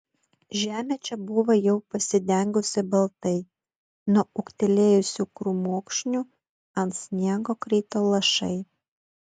žemė čia buvo jau pasidengusi baltai nuo ūgtelėjusių krūmokšnių ant sniego krito lašai